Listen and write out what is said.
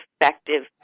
effective